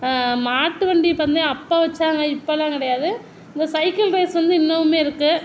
மாட்டு வண்டி பந்தயம் அப்போ வைச்சாங்க இப்போலாம் கிடையாது இந்த சைக்கிள் ரேஸ் வந்து இன்னமும் இருக்கு